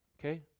okay